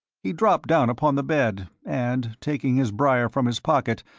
he dropped down upon the bed, and taking his briar from his pocket,